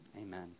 amen